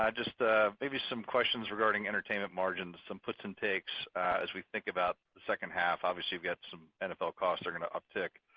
ah just ah maybe some questions regarding entertainment margins, some puts and takes as we think about the second half. obviously we had some nfl cost are going to uptick.